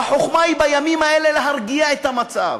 והחוכמה בימים האלה היא להרגיע את המצב.